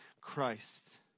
Christ